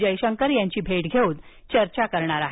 जयशंकर यांची भेट घेऊन चर्चा करणार आहेत